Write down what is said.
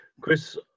Chris